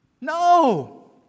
No